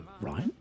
right